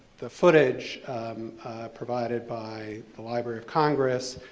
the footage provided by the library of congress,